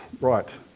right